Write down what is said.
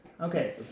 Okay